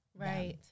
right